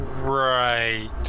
right